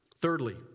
Thirdly